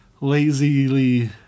lazily